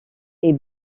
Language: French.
est